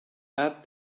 add